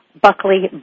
Buckley